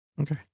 Okay